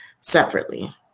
separately